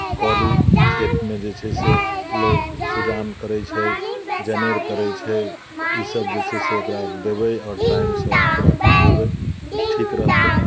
करू खेतमे जे छै से लोक सुजान करैत छै जनेर करैत छै ईसभ जे ओकरा देबै आओर टाइमसँ ओकरा खुएबै ठीक रहतै